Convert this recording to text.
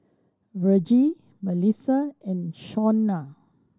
Virgie Melisa and Shawnna